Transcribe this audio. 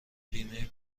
بیمه